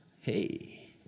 Hey